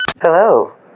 Hello